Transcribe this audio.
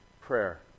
prayer